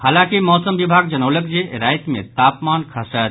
हालांकि मौसम विभाग जनौलक जे रातिक मे तापमान खसत